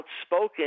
outspoken